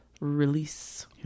release